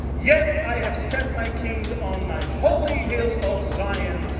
yet i have set my king on my holy hill of zion.